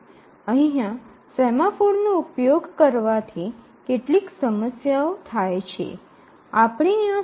અહીંયા સેમાફોર નો ઉપયોગ કરવાથી કેટલીક સમસ્યાઓ થાય છે